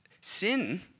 sin